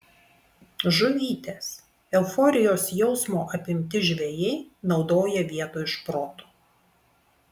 žuvytės euforijos jausmo apimti žvejai naudoja vietoj šprotų